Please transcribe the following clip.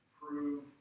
prove